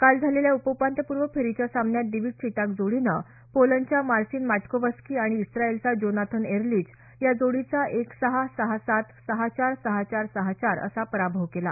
काल झालेल्या उप उपांत्यपूर्व फेरीच्या सामन्यात दिवीज सिटाक जोडीनं पोलंडच्या मार्सीन मॅटकोवस्की आणि इस्रायलच्या जोनाथन एर्लिच या जोडीचा एक सहा सहा सात सहा चार सहा चार सहा चार असा पराभव केला